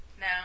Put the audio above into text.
No